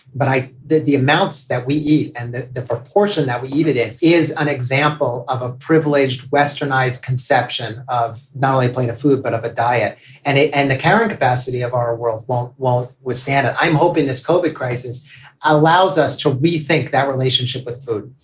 but i did the amounts that we eat. and the the proportion that we eat it. it is an example of a privileged westernised conception of not only playing a food, but of a diet and and the carrying capacity of our our world won't won't withstand it. i'm hoping this kobe crisis allows us to rethink that relationship with food.